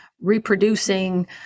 reproducing